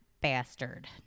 bastard